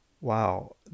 wow